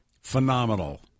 Phenomenal